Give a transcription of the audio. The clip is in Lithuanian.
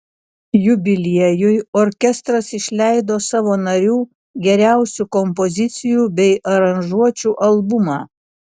jubiliejui orkestras išleido savo narių geriausių kompozicijų bei aranžuočių albumą